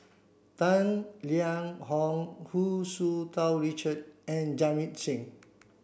Tang Liang Hong Hu Tsu Tau Richard and Jamit Singh